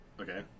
Okay